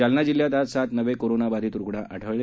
जालना जिल्ह्यात आज सात नवे कोरोनाबाधित रुग्ण आढळले